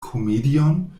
komedion